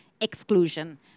exclusion